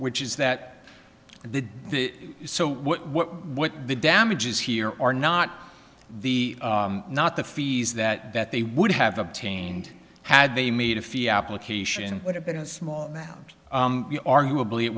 which is that the so what the damages here are not the not the fees that that they would have obtained had they made a fee application would have been a small amount arguably it